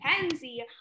kenzie